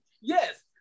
Yes